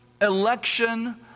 election